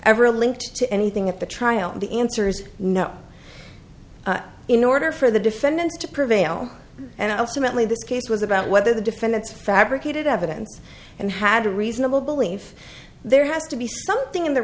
ever linked to anything at the trial the answer's no in order for the defendant to prevail and also mentally this case was about whether the defendants fabricated evidence and had a reasonable belief there has to be something in the